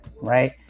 Right